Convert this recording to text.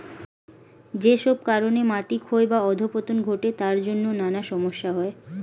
যেসব কারণে মাটি ক্ষয় বা অধঃপতন ঘটে তার জন্যে নানা সমস্যা হয়